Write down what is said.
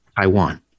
Taiwan